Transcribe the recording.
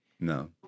No